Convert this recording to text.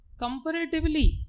comparatively